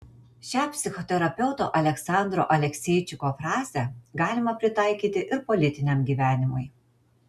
šią psichoterapeuto aleksandro alekseičiko frazę galima pritaikyti ir politiniam gyvenimui